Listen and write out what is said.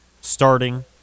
starting